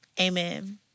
amen